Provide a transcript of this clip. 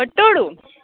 પટોળું